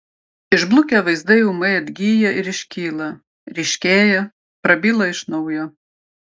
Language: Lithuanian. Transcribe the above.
išblukę vaizdai ūmai atgyja ir iškyla ryškėja prabyla iš naujo